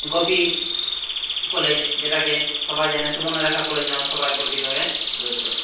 Gopi college যেটাকে সবাই জানে সুবর্ণরেখা কলেজ নামে সবাই পরিচিত হয়ে রয়েছে